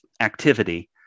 activity